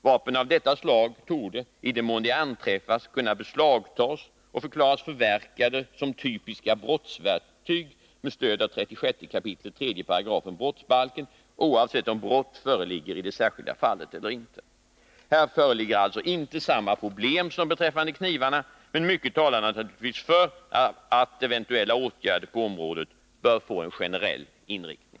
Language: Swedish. Vapen av detta slag torde i den mån de anträffas kunna beslagtas och förklaras förverkade som typiska brottsverktyg med stöd av 36 kap. 3§ brottsbalken, oavsett om brott föreligger i det särskilda fallet eller inte. Här föreligger alltså inte samma problem som beträffande knivarna, men mycket talar naturligtvis för att eventuella åtgärder på området bör få en generell inriktning.